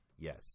Yes